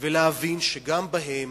ולהבין שגם בהם,